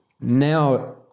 Now